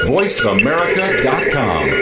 VoiceAmerica.com